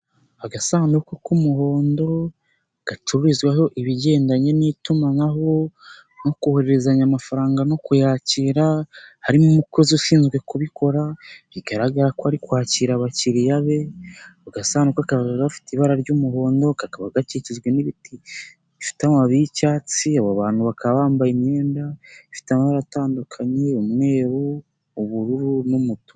Agasanduku k'umuhondo gacururizwaho ibigendanye n'itumanaho no kohererezanya amafaranga no kuyakira, harimo umukozi ushinzwe kubikora, bigaragara ko ari kwakira abakiriya be, mu agasanduku kakaba gafite ibara ry'umuhondo, kakaba gakikijwe n'ibiti bifite amababi y'icyatsi, abo bantu bakaba bambaye imyenda ifite amabara atandukanye umweru, ubururu, n'umutuku.